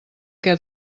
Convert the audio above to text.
què